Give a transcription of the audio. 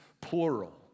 plural